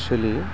सोलियो